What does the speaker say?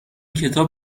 کتاب